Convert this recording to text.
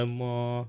more